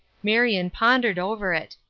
marion pondered over it.